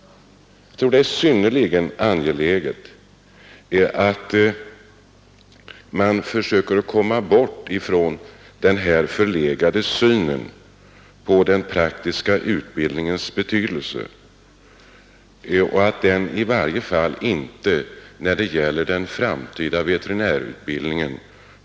Det är synnerligen angeläget att vi försöker komma bort från den här förlegade synen på den praktiska utbildningens betydelse. Den får inte sätta en alltför stark prägel på den framtida veterinärutbildningen.